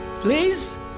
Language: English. Please